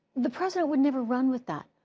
the president would never run with that.